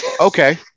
Okay